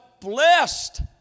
blessed